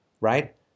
right